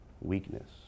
weakness